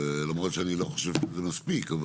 למרות שאני לא חושב שזה מספיק.